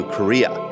Korea